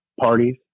parties